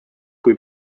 kui